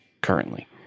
currently